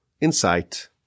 insight